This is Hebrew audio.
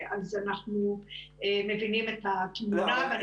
אז אנחנו מבינים את התמונה --- את